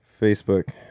Facebook